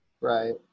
Right